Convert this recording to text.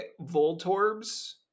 Voltorbs